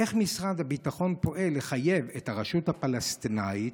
איך משרד הביטחון פועל לחייב את הרשות הפלסטינית